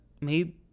made